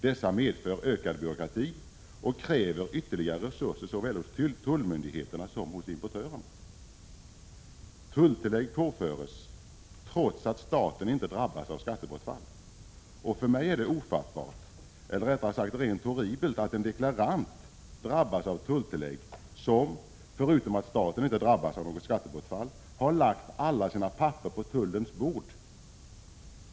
Dessa medför ökad byråkrati och kräver ytterligare resurser såväl hos tullmyndigheterna som hos importörerna. Tulltillägg påförs trots att staten inte drabbas av skattebortfall. För mig är det ofattbart, eller rättare sagt rent horribelt, att en deklarant drabbas av tulltillägg även om denne, förutom att staten inte drabbas av något skattebortfall, har lagt alla sina papper på tullens bord.